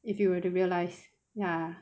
if you were to realise ya